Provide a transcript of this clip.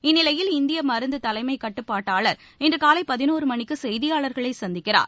இந்நிலையில் இந்திய மருந்து தலைமைக்கட்டுப்பாட்டாளர் இன்று காலை பதினோரு மணிக்கு செய்தியாளர்களை சந்திக்கிறார்